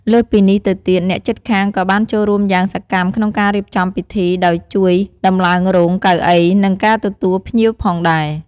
លើសពីនេះទៅទៀត អ្នកជិតខាងក៏បានចូលរួមយ៉ាងសកម្មក្នុងការរៀបចំពិធី ដោយជួយដំឡើងរោង កៅអី និង ក្នុងការទទួលភ្ញៀវផងដែរ។